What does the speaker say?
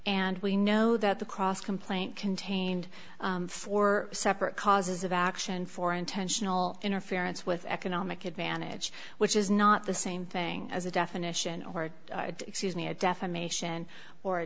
and we know that the cross complaint contained four separate causes of action for intentional interference with economic advantage which is not the same thing as a definition or excuse me a defamation or